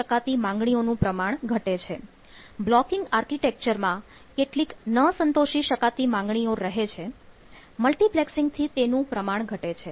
અહીં પણ ડિમાન્ડ કે માગણીનું મલ્ટીપ્લેક્સિંગ થી તેનું પ્રમાણ ઘટે છે